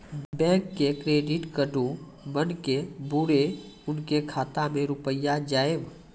Bank से credit card बन के बुरे उनके खाता मे रुपिया जाएब?